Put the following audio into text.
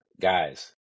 guys